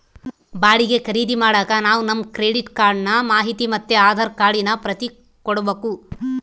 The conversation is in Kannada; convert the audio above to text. ಬಾಡಿಗೆ ಖರೀದಿ ಮಾಡಾಕ ನಾವು ನಮ್ ಕ್ರೆಡಿಟ್ ಕಾರ್ಡಿನ ಮಾಹಿತಿ ಮತ್ತೆ ಆಧಾರ್ ಕಾರ್ಡಿನ ಪ್ರತಿ ಕೊಡ್ಬಕು